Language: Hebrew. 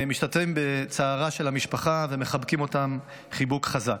משתתפים בצערה של המשפחה ומחבקים אותם חיבוק חזק.